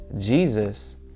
Jesus